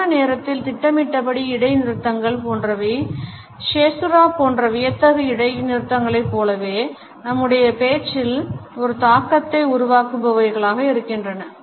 சரியான நேரத்தில் திட்டமிடப்பட்ட இடைநிறுத்தங்கள் போன்றவை caesuraபோன்ற வியத்தகு இடைநிறுத்தங்களைப் போலவே நம்முடைய பேச்சில் ஒரு தாக்கத்தை உருவாக்குபவைகளாக இருக்கின்றன